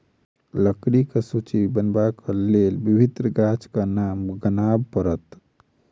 लकड़ीक सूची बनयबाक लेल विभिन्न गाछक नाम गनाब पड़त